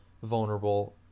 Vulnerable